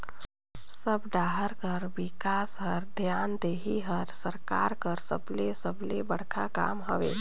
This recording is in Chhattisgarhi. सब डाहर कर बिकास बर धियान देहई हर सरकार कर सबले सबले बड़खा काम हवे